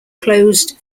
closed